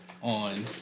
on